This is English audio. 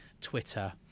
Twitter